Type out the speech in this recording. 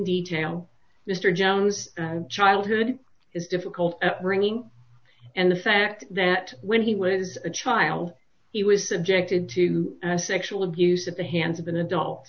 detail mr jones childhood is difficult bringing and the fact that when he was a child he was subjected to sexual abuse at the hands of an adult